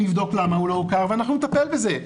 נבדוק למה הוא לא הוכר ואנחנו נטפל בזה.